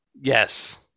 Yes